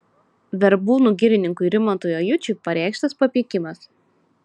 verbūnų girininkui rimantui ajučiui pareikštas papeikimas